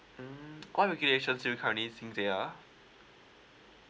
mm what regulations do you currently think they are